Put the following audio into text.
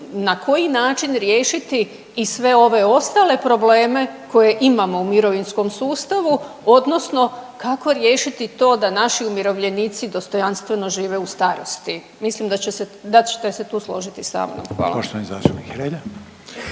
na koji način riješiti i sve ove ostale probleme koje imamo u mirovinskom sustavu odnosno kako riješiti to da naši umirovljenici dostojanstveno žive u starosti. Mislim da će se, da ćete se tu složiti sa mnom. Hvala.